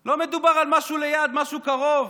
לא מדובר על משהו ליד, משהו קרוב,